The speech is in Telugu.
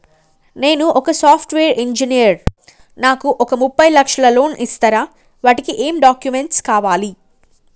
నేను ఒక సాఫ్ట్ వేరు ఇంజనీర్ నాకు ఒక ముప్పై లక్షల లోన్ ఇస్తరా? వాటికి ఏం డాక్యుమెంట్స్ కావాలి?